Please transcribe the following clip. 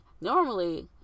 normally